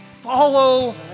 follow